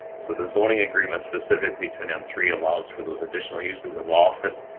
so the zoning agreement specifically turn in three allows for those additional uses of office,